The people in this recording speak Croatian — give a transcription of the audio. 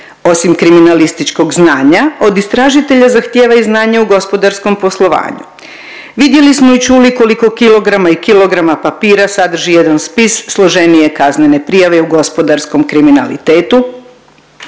Osim kriminalističkog znanja od istražitelja zahtjeva i znanje u gospodarskom poslovanju. Vidjeli smo i čuli koliko kilograma i kilograma papira sadrži jedan spis složenije kaznene prijave u gospodarskom kriminalitetu,